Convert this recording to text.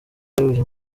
uyu